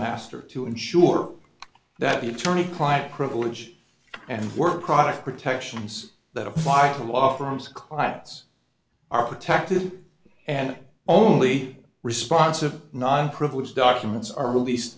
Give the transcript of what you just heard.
master to ensure that the attorney client privilege and work product protections that a vital law firm's clients are protected and only responsive non privileged documents are released